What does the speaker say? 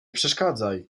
przeszkadzaj